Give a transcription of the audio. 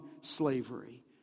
slavery